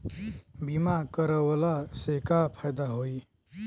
बीमा करवला से का फायदा होयी?